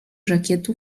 żakietu